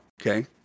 Okay